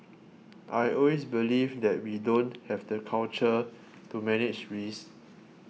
I always believe that we don't have the culture to manage risks